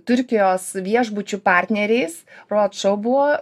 turkijos viešbučių partneriais rot šou buvo